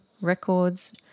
records